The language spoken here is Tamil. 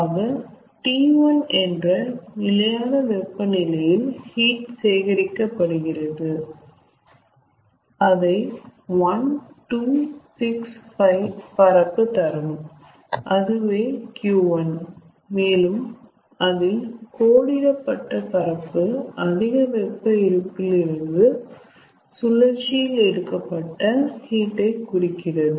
ஆக T1 என்ற நிலையான வெப்பநிலையில் ஹீட் சேர்க்கப்படுகிறது அதை 1 2 6 5 பரப்பு தரும் அதுவே Q1 மேலும் அதில் கோடிடப்பட்ட பரப்பு அதிக வெப்ப இருப்பில் இருந்து சுழற்சியில் எடுக்கப்பட்ட ஹீட் ஐ குறிக்கிறது